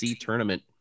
tournament